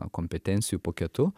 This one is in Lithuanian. kompetencijų paketu